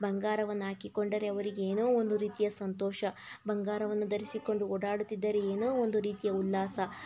ಬಂಗಾರವನ್ನು ಹಾಕಿಕೊಂಡರೆ ಅವರಿಗೆ ಏನೋ ಒಂದು ರೀತಿಯ ಸಂತೋಷ ಬಂಗಾರವನ್ನು ಧರಿಸಿಕೊಂಡು ಓಡಾಡುತ್ತಿದ್ದರೆ ಏನೋ ಒಂದು ರೀತಿಯ ಉಲ್ಲಾಸ